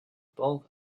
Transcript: bulk